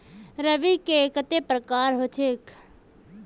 रवि के कते प्रकार होचे?